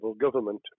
government